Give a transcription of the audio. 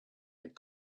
had